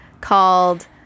called